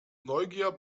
neugier